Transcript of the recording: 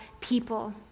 people